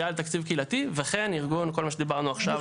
תקציב קהילתי וכן ארגון" כל מה שדיברנו עכשיו.